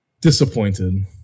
disappointed